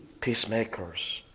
peacemakers